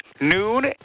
noon